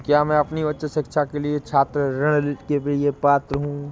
क्या मैं अपनी उच्च शिक्षा के लिए छात्र ऋण के लिए पात्र हूँ?